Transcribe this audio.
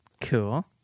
Cool